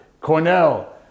Cornell